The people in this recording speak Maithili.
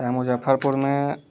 तैँ मुजफ्फरपुरमे